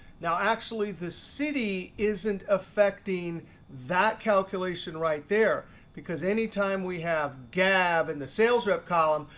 now actually the city isn't affecting that calculation right there because anytime we have gab in the sales rep column,